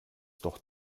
doch